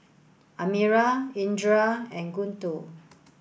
Amirah Indra and Guntur